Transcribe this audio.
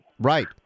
Right